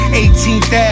18th